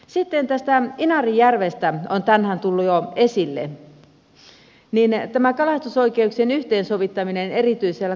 sitten tästä inarijärvestä on tänään tullut jo esille tämä kalastusoikeuksien yhteensovittaminen erityisellä kalastusalueella